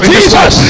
Jesus